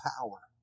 power